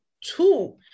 two